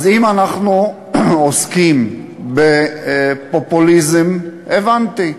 אז אם אנחנו עוסקים בפופוליזם, הבנתי.